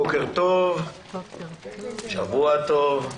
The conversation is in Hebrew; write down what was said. בוקר טוב ושבוע טוב.